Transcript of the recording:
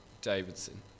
Davidson